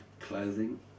clothing